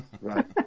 Right